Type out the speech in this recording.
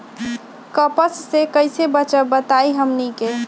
कपस से कईसे बचब बताई हमनी के?